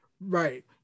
Right